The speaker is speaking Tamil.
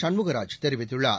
சண்முகராஜ் தெரிவித்துள்ளார்